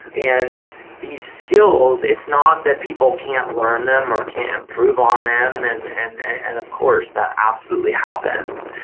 and these skills, it's not that people can't learn them or can't improve on them and, and and of course, that absolutely happens.